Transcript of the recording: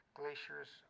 glaciers